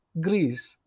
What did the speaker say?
Greece